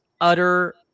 utter